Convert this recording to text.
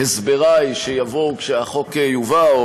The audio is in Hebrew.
להסברי שיבואו כשהחוק יובא,